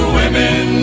women